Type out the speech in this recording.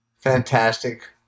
Fantastic